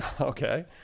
Okay